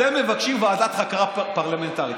אתם מבקשים ועדת חקירה פרלמנטרית.